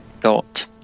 dot